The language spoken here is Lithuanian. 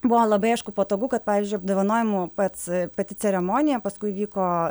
buvo labai aišku patogu kad pavyzdžiui apdovanojimų pats pati ceremonija paskui vyko